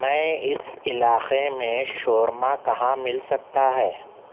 میں اس علاقے میں شورما کہاں مل سکتا ہے